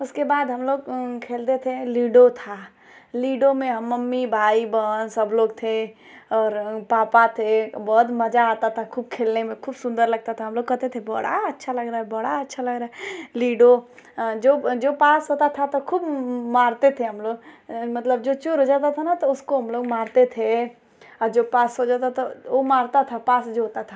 उसके बाद हमलोग खेलते थे लीडो था लीडो में हम मम्मी भाई बहन सबलोग थे और पापा थे बहुत मज़ा आता था खूब खेलने में खूब सुन्दर लगता था हमलोग कहते थे बड़ा अच्छा लग रहा है बड़ा अच्छा लग रहा है लीडो जो जो पास होता था तो खूब मारते थे हमलोग मतलब जो चोर हो जाता था ना तो उसको हमलोग मारते थे जो पास हो जाता तो वह मारता था पास जो होता था